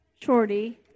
Shorty